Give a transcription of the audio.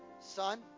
Son